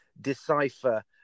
decipher